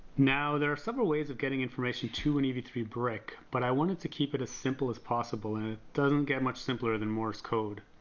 now there are several ways of getting information to an e v three brick, but i wanted to keep it as simple as possible, and it doesn't get much simpler than morse code.